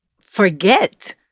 forget